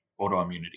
autoimmunity